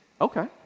Okay